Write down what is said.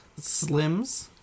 Slims